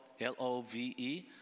L-O-V-E